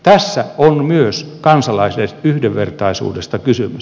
tässä on myös kansalaisten yhdenvertaisuudesta kysymys